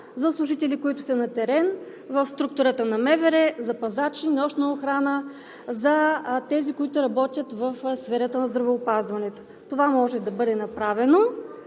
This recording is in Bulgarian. за служители на терен, в структурата на МВР, за пазачи, нощна охрана, за работещите в сферата на здравеопазването. Това може да бъде направено